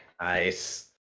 Nice